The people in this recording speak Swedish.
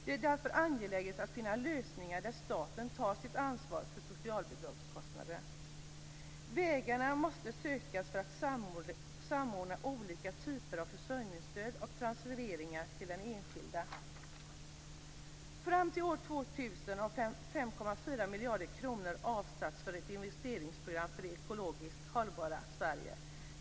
Det är därför angeläget att finna lösningar där staten tar sitt ansvar för socialbidragskostnaderna. Vägar måste sökas för att samordna olika typer av försörjningsstöd och transfereringar till den enskilde. Fram till år 2000 har 5,4 miljarder kronor avsatts för ett investeringsprogram för det ekologiskt hållbara Sverige.